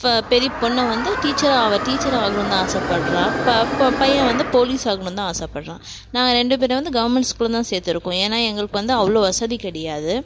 ஃப பெரிய பொண்ணை வந்து டீச்சராக அவள் டீச்சராக ஆகணும்ன் தான் ஆசைப்படுறா ப ப பையன் வந்து போலீஸ் ஆகணும்ன் தான் ஆசைப்படுறான் நாங்கள் ரெண்டு பேரும் வந்து கவுர்மெண்ட் ஸ்கூலில் தான் சேர்த்துருக்கோம் ஏன்னால் எங்களுக்கு வந்து அவ்வளோ வசதி கிடையாது